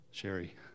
Sherry